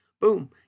boom